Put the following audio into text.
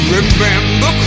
Remember